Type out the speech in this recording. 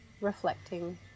reflecting